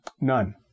none